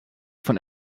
von